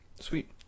Sweet